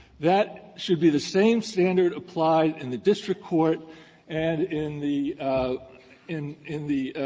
that should be the same standard applied in the district court and in the in in the